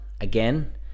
again